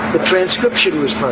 the transcription was